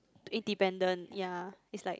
independent ya is like